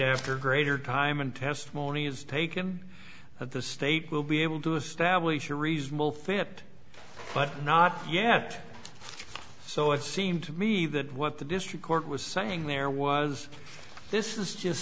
after greater time and testimony is taken that the state will be able to establish a reasonable fit but not yet so it seemed to me that what the district court was saying there was this is just